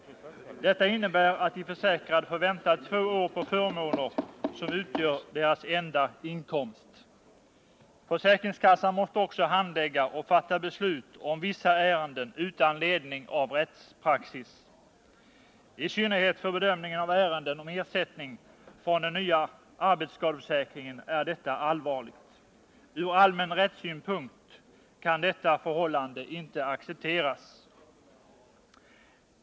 Detta innebär att de försäkrade får vänta två år på förmåner som utgör deras enda inkomst. Försäkringskassan måste också handlägga och fatta beslut om vissa ärenden utan ledning av rättspraxis. I synnerhet för bedömningen av ärenden om ersättning från den nya arbetsskadeförsäkringen är detta allvarligt. Från allmän rättssynpunkt kan detta förhållande inte accepteras.